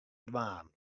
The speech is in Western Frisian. dwaan